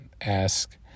ask